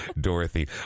Dorothy